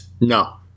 No